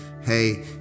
hey